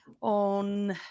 on